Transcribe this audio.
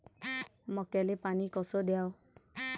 मक्याले पानी कस द्याव?